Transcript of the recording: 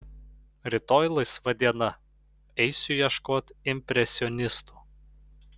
rytoj laisva diena eisiu ieškot impresionistų